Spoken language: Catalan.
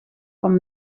com